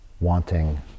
Wanting